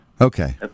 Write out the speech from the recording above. Okay